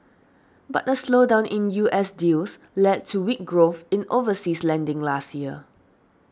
but a slowdown in U S deals led to weak growth in overseas lending last year